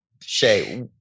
Shay